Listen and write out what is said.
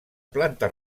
planta